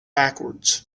backwards